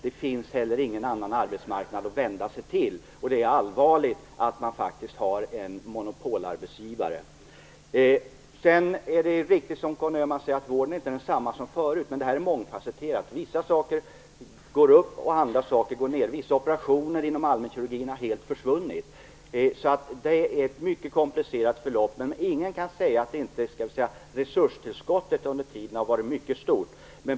Det finns inte heller någon annan arbetsmarknad att vända sig till, eftersom man har en monopolarbetsgivare, och det är allvarligt. Det är riktigt som Conny Öhamn säger att vården är inte densamma som den var tidigare. Men detta är mångfacetterat. Vissa saker går upp medan andra går ned. Vissa operationer inom allmänkirurgin har helt försvunnit. Det är fråga om ett mycket komplicerat förlopp. Men ingen kan säga att resurstillskottet inte har varit mycket stort.